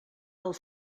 del